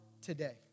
today